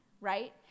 right